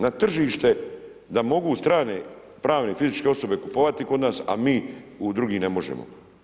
Na tržište da mogu strane, pravne i fizičke osobe kupovati kod nas, a mi u drugim ne možemo.